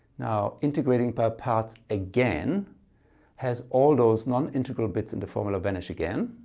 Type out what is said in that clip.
now integrating by parts again has all those non integral bits in the formula vanish again,